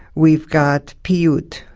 we've got piyut,